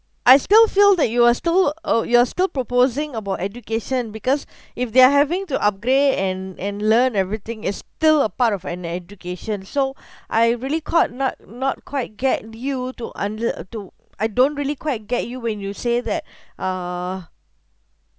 I still feel that you are still uh you are still proposing about education because if they are having to upgrade and and learn everything is still a part of an education so I really quite not not quite get you to under~ uh to I don't really quite get you when you say that uh